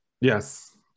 Yes